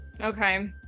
Okay